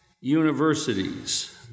universities